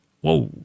Whoa